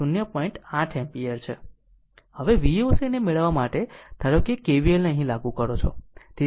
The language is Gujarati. હવે Voc ને મેળવવા માટે ધારો કે KVL અહીં લાગુ કરી શકો છો